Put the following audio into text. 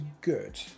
good